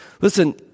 Listen